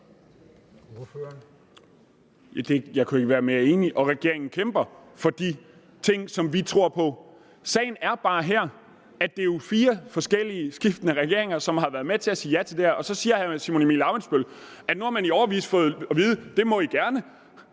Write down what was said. Jeg kunne ikke være mere enig, og regeringen kæmper jo også for de ting, som vi tror på. Sagen er bare her, at det jo er fire forskellige, skiftende regeringer, som har været med til at sige ja til det her. Og så siger hr. Simon Emil Ammitzbøll, at nu har vi i årevis fået at vide, at det må vi gerne,